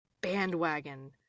bandwagon